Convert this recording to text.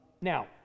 Now